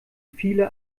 viele